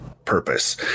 purpose